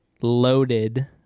loaded